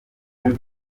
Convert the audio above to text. munsi